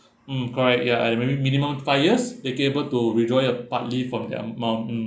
mm correct ya at a minimum at a minimum five years then you're able to withdraw it uh partly from their amount mm